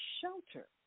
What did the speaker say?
shelter